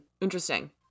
Interesting